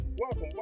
welcome